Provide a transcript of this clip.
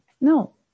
No